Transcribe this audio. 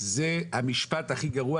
זה המשפט הכי גרוע.